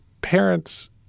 parents